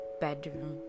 bedroom